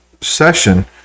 session